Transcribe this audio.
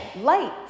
light